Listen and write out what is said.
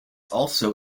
also